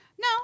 No